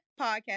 podcast